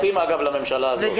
זה מתאים לממשלה הזאת.